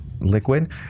liquid